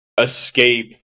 escape